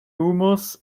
hummus